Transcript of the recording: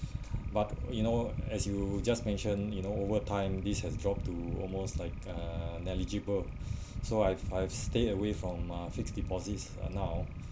but you know as you just mention you know over time this has dropped to almost like uh negligible so I've I've stay away from uh fixed deposits uh now